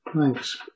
Thanks